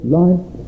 life